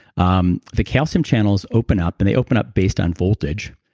um the calcium channels open up and they open up based on voltage,